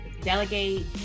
delegate